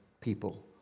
people